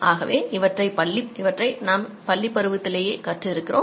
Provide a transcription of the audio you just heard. ஆகவே இவற்றை நாம் பள்ளிப் பருவத்திலேயே கற்று இருக்கிறோம்